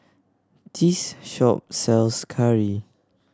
this shop sells curry